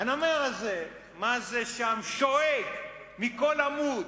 והנמר הזה, מה זה שם, שואג מכל עמוד: